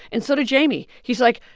and so did jamie. he's like,